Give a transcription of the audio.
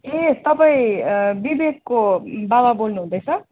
ए तपाईँ विवेकको बाबा बोल्नुहुँदैछ